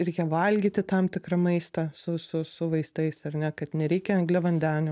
reikia valgyti tam tikrą maistą su su su vaistais ar ne kad nereikia angliavandenių